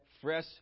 fresh